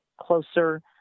closer